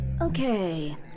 Okay